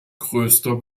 größter